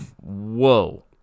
Whoa